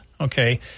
okay